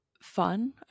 fun